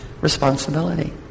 responsibility